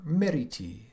meriti